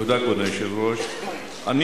כבוד היושב-ראש,